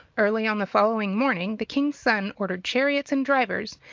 early on the following morning, the king's son ordered chariots and drivers,